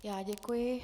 Já děkuji.